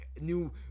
new